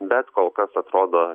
bet kol kas atrodo